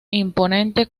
imponente